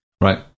right